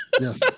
Yes